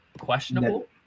Questionable